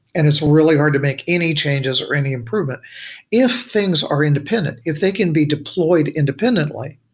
and it's really hard to make any changes or any improvement if things are independent, if they can be deployed independently,